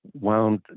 wound